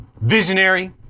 visionary